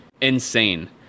insane